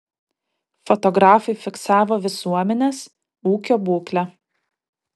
fotografai fiksavo visuomenės ūkio būklę